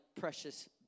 precious